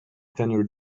tenure